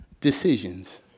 Decisions